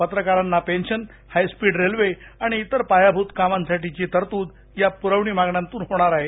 पत्रकारांना pension high speed railway आणि इतर पायाभूत कामांसाठीची तरतूद या पुरवणी मागण्यांतून होणार आहे